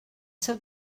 seu